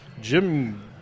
Jim